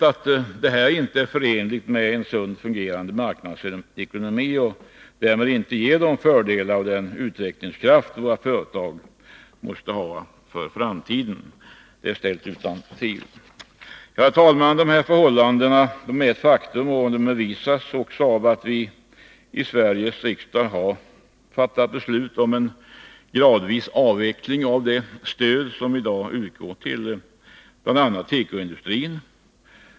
Att detta inte är förenligt med en sunt fungerande marknadsekonomi och därmed inte ger de fördelar och den utvecklingskraft som våra företag måste ha för att klara framtiden är ställt utom allt tvivel. Herr talman! Att detta förhållande är ett faktum bevisas av att vi i Sveriges riksdag har fattat beslut om en gradvis avveckling av det stöd som i dag utgår till bl.a. tekoindustrin.